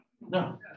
No